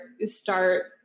start